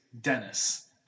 Dennis